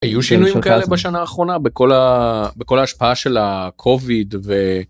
היו שינויים כאלה בשנה האחרונה בכל ה...בכל ההשפעה של הקוביד.